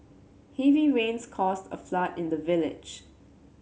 heavy rains caused a flood in the village